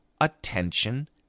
attention